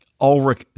Ulrich